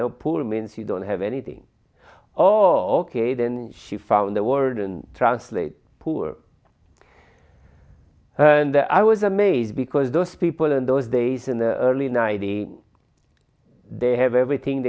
know poor means you don't have anything or k then she found the word and translated poor and i was amazed because those people in those days in the early nineties they have everything